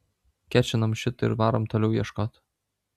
kečinam šitą ir varom toliau ieškot